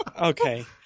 Okay